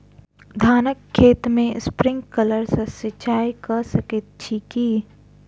धानक खेत मे स्प्रिंकलर सँ सिंचाईं कऽ सकैत छी की?